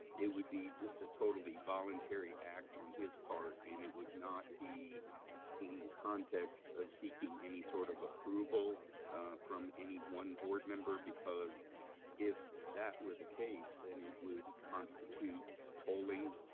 it would be just a totally voluntary act on his part and it would not be in the context of seeking any sort of approval from any one board member because if that were the case, then it would constitute polling